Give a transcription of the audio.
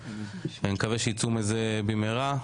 אני מקווה שיצאו מזה במהרה.